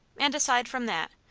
and aside from that,